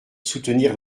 soutenir